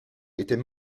était